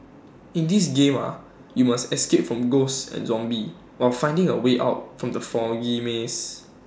in this game are you must escape from ghosts and zombies while finding A way out from the foggy maze